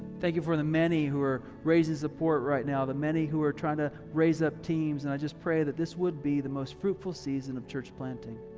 thank you for the many who are raising support right now, the many who are trying to raise up teams and i just pray that this would be the most fruitful season of church planting.